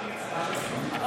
אגב,